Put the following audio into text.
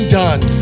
done